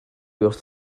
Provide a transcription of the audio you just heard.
wrth